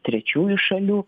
trečiųjų šalių